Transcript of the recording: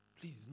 Please